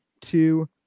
two